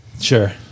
Sure